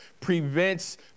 prevents